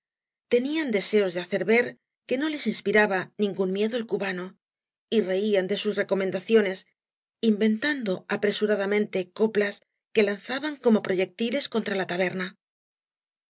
tenían deseos de hacer ver que no les inspiraba ningún miedo el cmhanoy y reían de sus reccmendaciones inventando apresuradamente coplas que lanzaban como proyectiles contra la taberna un